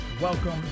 Welcome